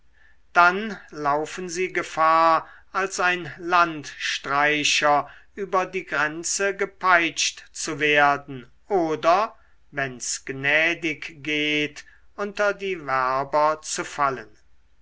dann laufen sie gefahr als ein landstreicher über die grenze gepeitscht zu werden oder wenns gnädig geht unter die werber zu fallen